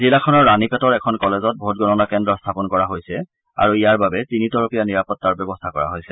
জিলাখনৰ ৰাণীপেটৰ এখন কলেজত ভোটগণনা কেন্দ্ৰ স্থাপন কৰা হৈছে আৰু ইয়াৰ বাবে তিনি তৰপীয়া নিৰাপত্তাৰ ব্যৱস্থা কৰা হৈছে